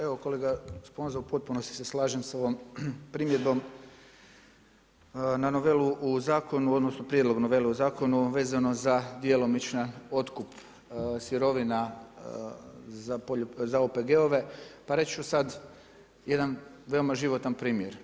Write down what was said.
Evo kolega Sponza u potpunosti se slažem sa ovom primjedbom na novelu u zakonu, odnosno prijedlog novele u zakonu vezano za djelomični otkup sirovina za OPG-ove, pa reći ću sad jedan veoma životan primjer.